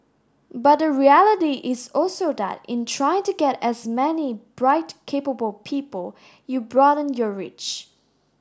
but the reality is also that in trying to get as many bright capable people you broaden your reach